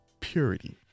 purity